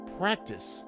practice